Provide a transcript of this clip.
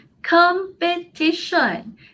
Competition